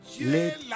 let